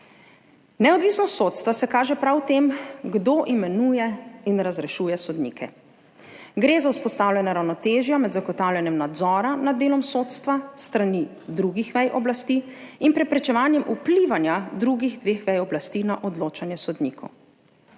Neodvisnost sodstva se kaže prav v tem, kdo imenuje in razrešuje sodnike. Gre za vzpostavljanje ravnotežja med zagotavljanjem nadzora nad delom sodstva s strani drugih vej oblasti in preprečevanjem vplivanja drugih dveh vej oblasti na odločanje sodnikov.